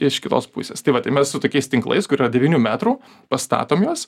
iš kitos pusės tai va tai mes su tokiais tinklais kur yra devynių metrų pastatom juos